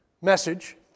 message